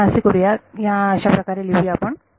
तर आपण असे करू या अशा प्रकारे लिहू आपण